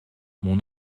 mon